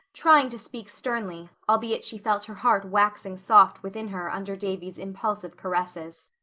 trying to speak sternly, albeit she felt her heart waxing soft within her under davy's impulsive caresses.